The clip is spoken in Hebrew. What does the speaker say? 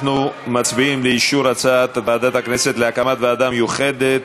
אנחנו מצביעים על אישור הצעת ועדת הכנסת להקמת ועדה מיוחדת.